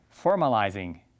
formalizing